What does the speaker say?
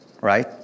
right